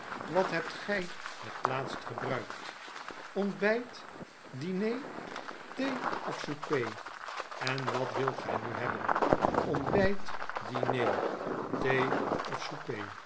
wat hebt gjj het laatst gebruikt ontbijt diner thee of souper en wat wilt gij nu hebben ontbijt diner